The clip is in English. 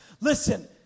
Listen